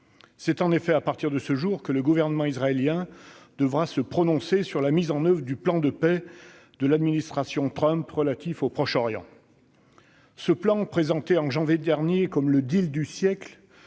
C'est en effet à partir de ce jour que le gouvernement israélien devra se prononcer sur la mise en oeuvre du plan de paix de l'administration Trump relatif au Proche-Orient. Ce plan, présenté en janvier dernier comme le « du siècle »,